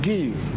Give